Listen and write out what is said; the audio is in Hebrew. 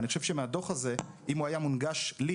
אני חושב שאם הדוח הזה היה מונגש לי,